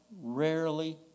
rarely